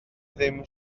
ddim